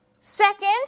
Second